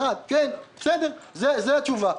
זו התשובה.